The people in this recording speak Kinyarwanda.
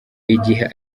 igihe